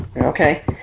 Okay